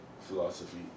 philosophy